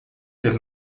ter